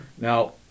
Now